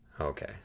okay